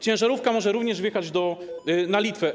Ciężarówka może również wjechać na Litwę.